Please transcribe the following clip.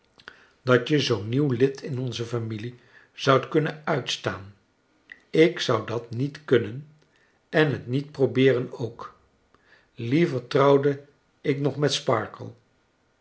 dat je zoo'n nieuw lid in onze familie zoudt kunnen uitstaan ik zou dat niet kunnen en het niet probeeren ook liever trouwde ik nog met